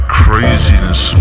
craziness